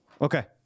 Okay